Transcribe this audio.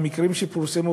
המקרים שפורסמו,